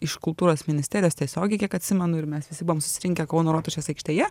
iš kultūros ministerijos tiesiogiai kiek atsimenu ir mes visi buvom susirinkę kauno rotušės aikštėje